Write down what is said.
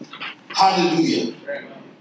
Hallelujah